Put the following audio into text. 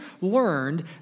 learned